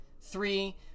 three